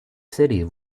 city